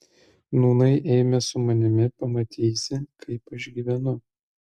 nūnai eime su manimi pamatysi kaip aš gyvenu